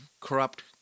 corrupt